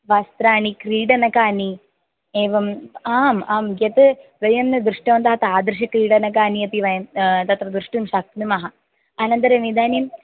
वस्त्राणि क्रीडनकानि एवम् आम् आं यत् वयं न दृष्टवन्तः तादृशक्रीडनकानि अपि वयं तत्र द्रष्टुं शक्नुमः अनन्तरम् इदानीं